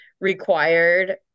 required